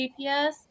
gps